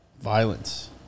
violence